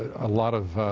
a lot of,